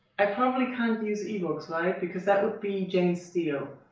i probably can't use ebooks, right? because that would be jane steele.